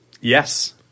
Yes